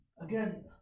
again